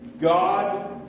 God